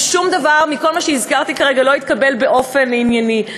ושום דבר מכל מה שהזכרתי כרגע לא התקבל באופן ענייני.